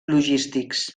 logístics